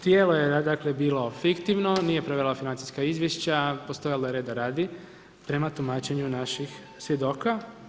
Tijelo je bilo fiktivno, nije provelo financijska izvješća, postojalo je reda radi prema tumačenju naših svjedoka.